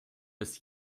bis